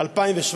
המנוחה),